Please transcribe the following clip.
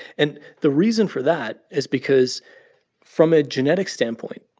and the reason for that is because from a genetic standpoint,